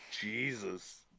Jesus